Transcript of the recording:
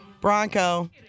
Bronco